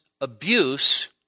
abuse